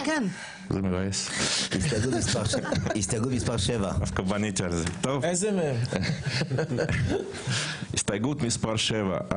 הסתייגות מספר 7. אני